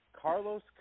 Carlos